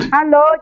Hello